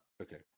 Okay